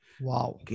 Wow